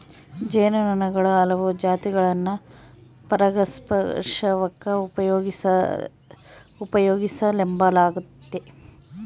ಜೇನು ನೊಣುಗುಳ ಹಲವು ಜಾತಿಗುಳ್ನ ಪರಾಗಸ್ಪರ್ಷಕ್ಕ ಉಪಯೋಗಿಸೆಂಬಲಾಗ್ತತೆ